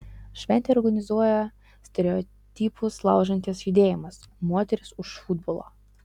šventę organizuoja stereotipus laužantis judėjimas moterys už futbolą